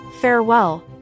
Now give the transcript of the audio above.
farewell